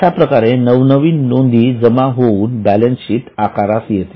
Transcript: अश्याप्रकारे नवनवीन नोंदी जमा होऊन बॅलन्सशीट आकारास येते